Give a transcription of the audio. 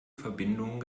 verbindungen